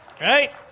right